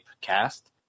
cast